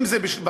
אם זה בתוכניות,